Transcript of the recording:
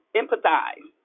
empathize